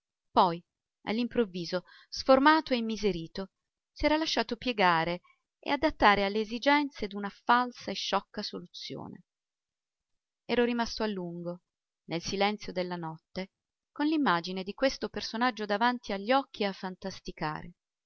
poi all'improvviso sformato e immiserito s'era lasciato piegare e adattare alle esigenze d'una falsa e sciocca soluzione ero rimasto a lungo nel silenzio della notte con l'immagine di questo personaggio davanti agli occhi a fantasticare